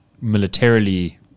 militarily